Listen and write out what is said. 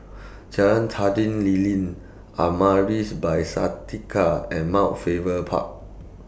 Jalan Lilin Amaris By Santika and Mount Faber Park